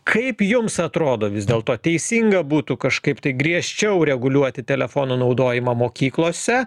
kaip jums atrodo vis dėl to teisinga būtų kažkaip tai griežčiau reguliuoti telefono naudojimą mokyklose